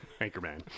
Anchorman